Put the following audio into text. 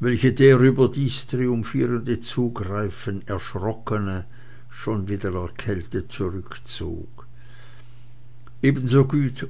welche der über dies triumphierende zugreifen erschrockene schon wieder erkältet zurückzog ebensogut